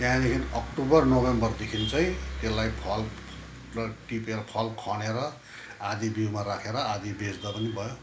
त्यहाँ देखि October November देखि चाहिँ त्यसलाई फल टिपेर फल खनेर आधा बिउमा राखेर आधा बेच्दा पनि भयो